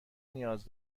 نیاز